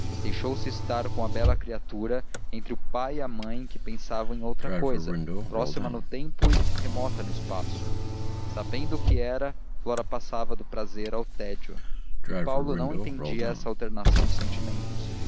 mandar deixou-se estar com a bela criatura entre o pai e a mãe que pensavam em outra cousa próxima no tempo e remota no espaço sabendo o que era flora passava do prazer ao tédio e paulo não entendia essa alternação de sentimentos